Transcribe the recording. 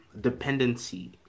dependency